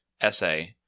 essay